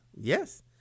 Yes